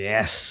Yes